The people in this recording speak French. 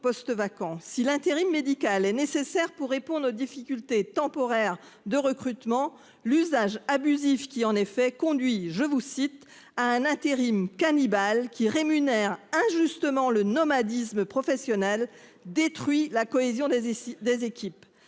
Si l'intérim médical est nécessaire pour répondre aux difficultés temporaires de recrutement l'usage abusif qui en effet conduit je vous cite a un intérim cannibales qui rémunère injustement le nomadisme professionnel détruit la cohésion des ici des